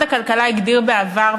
משרד הכלכלה הגדיר בעבר,